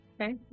Okay